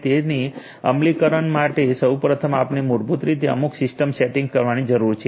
તેથી અમલીકરણ માટે સૌ પ્રથમ આપણે મૂળભૂત રીતે અમુક સિસ્ટમ સેટિંગ્સ રાખવાની જરૂર છે